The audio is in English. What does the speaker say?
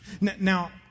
Now